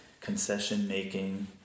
concession-making